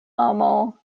amo